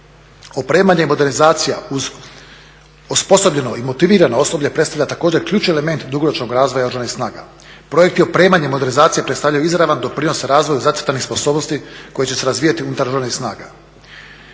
Opremanje i modernizacija uz osposobljeno i motivirano osoblje predstavlja također ključan element dugoročnog razvoja Oružanih snaga. Projekti opremanja i modernizacije predstavljaju izravan doprinos razvoju zacrtanih sposobnosti koje će se razvijati unutar Oružanih snaga.